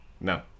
No